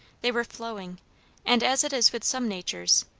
they were flowing and as it is with some natures,